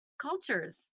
cultures